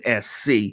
SC